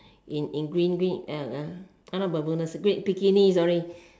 in in green green uh uh bermudas ah bikini sorry